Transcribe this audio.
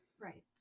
Right